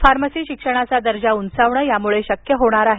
pharmacy शिक्षणाचा दर्जा उंचावणे यामुळे शक्य होणार आहे